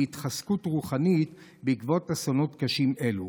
להתחזקות רוחנית בעקבות אסונות קשים אלו.